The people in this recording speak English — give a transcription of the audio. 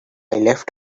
left